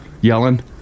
Yelling